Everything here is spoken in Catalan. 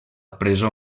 presó